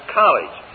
college